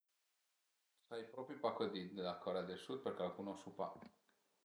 Sai propi pa co di d'la Corea del Sud perché la cunosu pa